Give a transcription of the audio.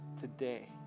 today